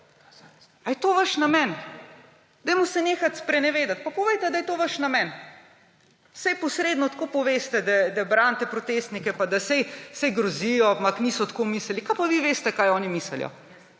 Ali je to vaš namen?! Dajmo se nehati sprenevedati pa povejte, da je to vaš namen. Saj posredno tako poveste, da branite protestnike pa da saj grozijo, ampak niso tako mislili. Kaj pa vi veste, kaj oni mislijo?